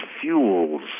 fuels